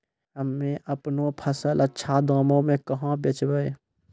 हम्मे आपनौ फसल अच्छा दामों मे कहाँ बेचबै?